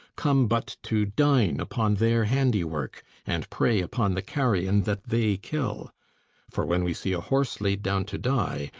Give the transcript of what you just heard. come but to dine upon their handy work and prey upon the carrion that they kill for when we see a horse laid down to die,